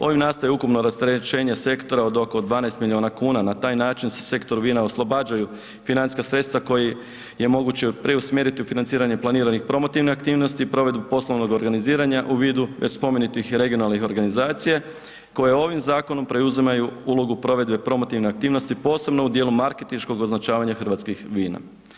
Ovim nastaje ukupno rasterećenje sektora od oko 12 milijuna kuna, na taj način se sektor vina oslobađaju financijska sredstva koji je moguće preusmjeriti u financiranje planiranih promotivnih aktivnosti, provedbu poslovnog organiziranja u vidu već spomenutih regionalnih organizacije, koje ovim Zakonom preuzimaju ulogu provedbe promotivne aktivnosti, posebno u dijelu marketinškog označavanja hrvatskih vina.